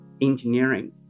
engineering